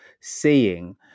seeing